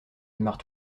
démarre